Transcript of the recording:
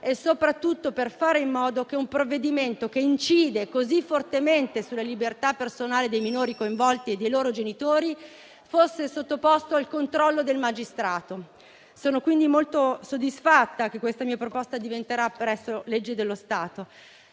e, soprattutto, per fare in modo che un provvedimento che incide così fortemente sulla libertà personale dei minori coinvolti e dei loro genitori fosse sottoposto al controllo del magistrato. Sono quindi molto soddisfatta che questa mia proposta diventerà presto legge dello Stato.